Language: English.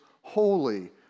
holy